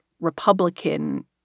Republican